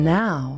now